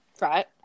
Right